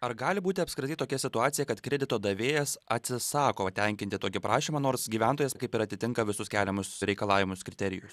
ar gali būti apskritai tokia situacija kad kredito davėjas atsisako tenkinti tokį prašymą nors gyventojas kaip ir atitinka visus keliamus reikalavimus kriterijus